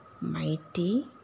mighty